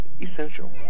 essential